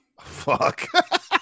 Fuck